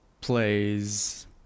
plays